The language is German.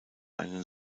einen